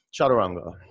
chaturanga